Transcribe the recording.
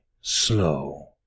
Slow